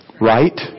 Right